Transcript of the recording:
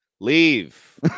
leave